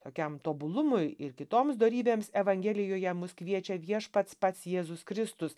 tokiam tobulumui ir kitoms dorybėms evangelijoje mus kviečia viešpats pats jėzus kristus